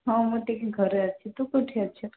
ହଁ ମୁଁ ଟିକେ ଘରେ ଅଛି ତୁ କେଉଁଠି ଅଛୁ